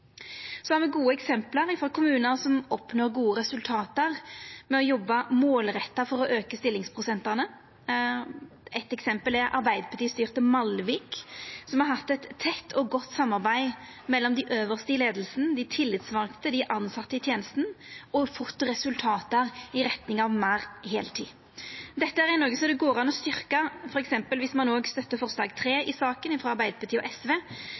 gode eksempel frå kommunar som oppnår gode resultat ved å jobba målretta for å auka stillingsprosentane. Eit eksempel er Arbeidarparti-styrte Malvik, som har hatt eit tett og godt samarbeid mellom dei øvste i leiinga, dei tillitsvalde og dei tilsette i tenesta og fått resultat i retning av meir heiltid. Dette er noko det går an å styrkja, f.eks. dersom ein støttar forslag nr. 3 i saka, frå Arbeidarpartiet og SV,